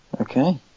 Okay